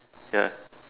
ya